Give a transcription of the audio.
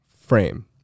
frame